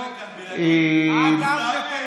רק מה שאני מבקש,